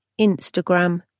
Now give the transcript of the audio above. Instagram